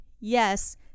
yes